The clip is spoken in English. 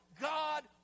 God